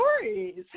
stories